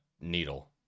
needle